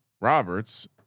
Roberts